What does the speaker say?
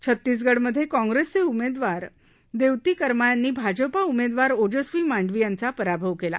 छत्तीसगडमधे काँग्रेसचे उमेदवार देवती कर्मा यांनी भाजपा उमेदवार ओजस्वी मांडवी यांचा पराभव केला